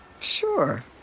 Sure